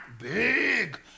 big